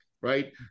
right